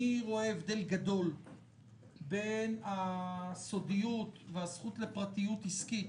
אני רואה הבדל גדול בין הסודיות והזכות לפרטיות עסקית